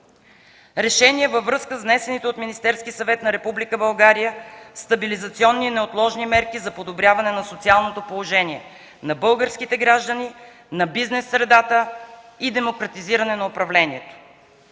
„РЕШЕНИЕ във връзка с внесените от Министерския съвет на Република България „Стабилизационни и неотложни мерки за подобряване на социалното положение на българските граждани, на бизнес средата и демократизиране на управлението”